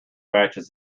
matches